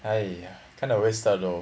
!aiya! kind of wasted though